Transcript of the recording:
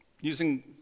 using